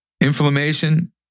Inflammation